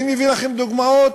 אני מביא לכם דוגמאות